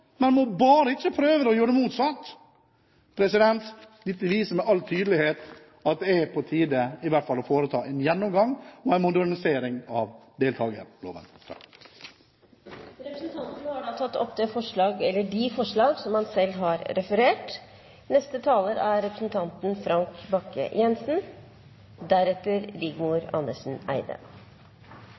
må bare ikke prøve å gjøre det motsatte! Dette viser med all tydelighet at det er på tide i hvert fall å foreta en gjennomgang og en modernisering av deltakerloven. Representanten Harald T. Nesvik har tatt opp de forslag som han refererte til. Jeg får si det sånn at hvis det er